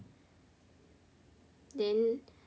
then